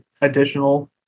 additional